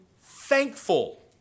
thankful